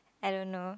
I don't know